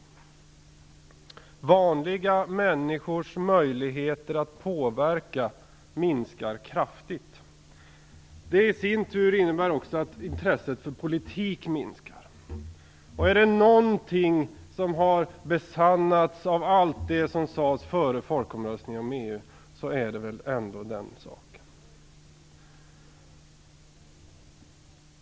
Vi sade att vanliga människors möjligheter att påverka minskar kraftigt, och det i sin tur innebär att intresset för politik minskar. Är det någonting av allt det som sades före folkomröstningen om EU som har besannats så är det väl den saken.